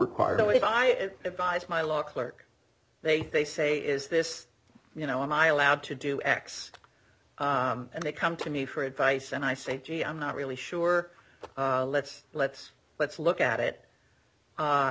required if i it defies my law clerk they they say is this you know am i allowed to do x and they come to me for advice and i say gee i'm not really sure let's let's let's look at it